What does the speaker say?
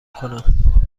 کنم